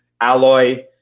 alloy